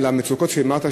על המצוקות שאמרת,